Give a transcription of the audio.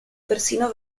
persino